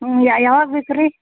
ಹ್ಞೂ ಯಾವಾಗ ಬೇಕು ರೀ